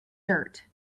dirt